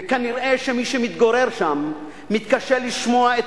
וכנראה שמי שמתגורר שם מתקשה לשמוע את